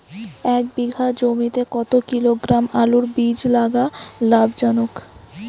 এক বিঘা জমিতে কতো কিলোগ্রাম আলুর বীজ লাগা লাভজনক?